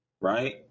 right